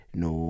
no